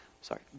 Sorry